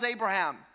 Abraham